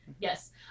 Yes